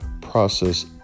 process